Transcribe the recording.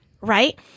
Right